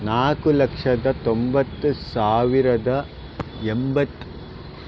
ನಾಲ್ಕು ಲಕ್ಷದ ತೊಂಬತ್ತು ಸಾವಿರದ ಎಂಬತ್ತ